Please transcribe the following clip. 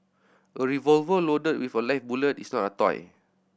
a revolver loaded with a live bullet is not a toy